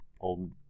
old